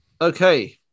okay